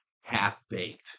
half-baked